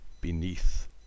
beneath